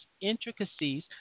intricacies